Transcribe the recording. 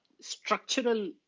structural